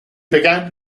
began